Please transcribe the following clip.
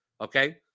okay